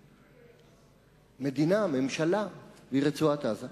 מדינה, ממשלה, ברצועת-עזה,